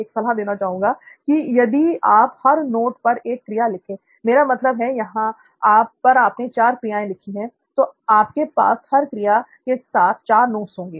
एक सलाह देना चाहूंगा कि यदि आप हर नोट पर एक क्रिया लिखें मेरा मतलब है यहां पर आपने चार क्रियाएं लिखी है तो आपके पास हर क्रिया के साथ चार नोट्स होंगे